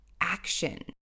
action